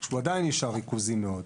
שהוא עדיין נשאר ריכוזי מאוד.